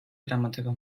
eramateko